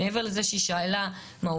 מעבר לזה שהיא שאלה מהותית,